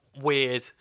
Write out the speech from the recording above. weird